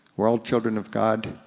we're all children of god,